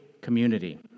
community